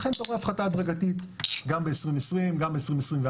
לכן אתה רואה הפחתה הדרגתית גם ב-2020, גם ב-2021,